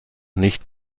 nicht